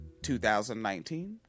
2019